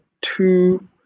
two